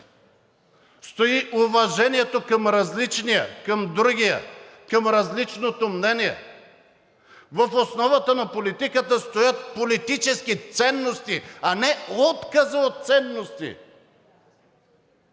стои уважението към различния, към другия, към различното мнение. В основата на политиката стоят политически ценности, а не отказа от ценности.